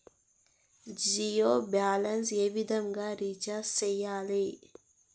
Jio balance ఏ విధంగా recharge సేయాలి?